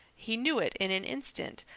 he knew it in an instant,